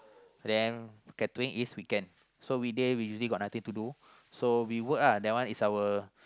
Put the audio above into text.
then catering is we can so weekday we usually got nothing to do so we work uh that one is our